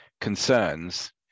concerns